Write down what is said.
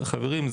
חברים,